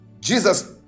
Jesus